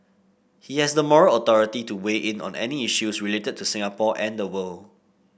he has the moral authority to weigh in on any issues related to Singapore and the world